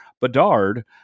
Bedard